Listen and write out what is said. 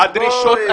אז תפסיקו ל ---.